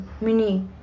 Mini